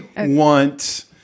want